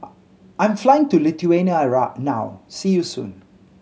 I am flying to Lithuania now see you soon